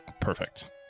Perfect